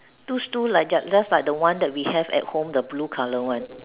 looks two just the just like the one we have at home the blue colour one